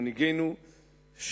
מנהיגינו,